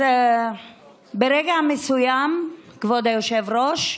אז ברגע מסוים, כבוד היושב-ראש,